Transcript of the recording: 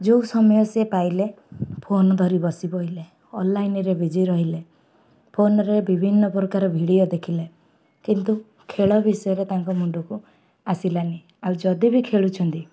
ଯେଉଁ ସମୟ ସିଏ ପାଇଲେ ଫୋନ୍ ଧରି ବସି ପଇଲେ ଅନଲାଇନରେ ବିଜି ରହିଲେ ଫୋନରେ ବିଭିନ୍ନ ପ୍ରକାର ଭିଡ଼ିଓ ଦେଖିଲେ କିନ୍ତୁ ଖେଳ ବିଷୟରେ ତାଙ୍କ ମୁଣ୍ଡକୁ ଆସିଲାନି ଆଉ ଯଦି ବି ଖେଳୁଛନ୍ତି